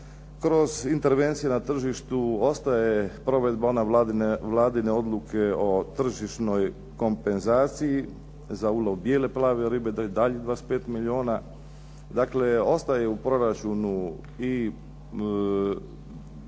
kroz intervencije na tržištu ostaje provedba ona Vladine odluke o tržišnoj kompenzaciji, za ulov bijele, plave ribe, da i dalje 25 milijuna. Dakle ostaje u proračunu i